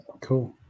Cool